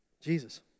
Jesus